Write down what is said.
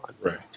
Right